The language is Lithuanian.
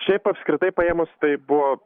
šiaip apskritai paėmus tai buvo